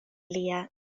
lia